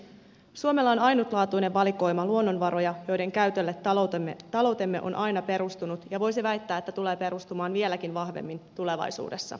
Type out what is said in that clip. suomella on ainutlaatuinen valikoima luonnonvaroja joiden käytölle taloutemme on aina perustunut ja voisi väittää että tulee perustumaan vieläkin vahvemmin tulevaisuudessa